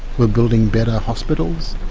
we're building better hospitals,